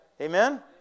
Amen